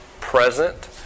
present